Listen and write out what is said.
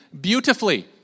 beautifully